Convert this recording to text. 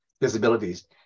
disabilities